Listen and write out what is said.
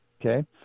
okay